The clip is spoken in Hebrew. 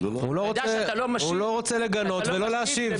הוא לא רוצה לגנות ולא להשיב.